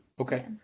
Okay